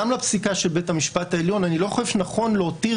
גם לפסיקה של בית המשפט העליון אני לא חושב שנכון להותיר